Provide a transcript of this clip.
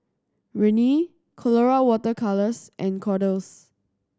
Rene Colora Water Colours and Kordel's